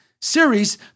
series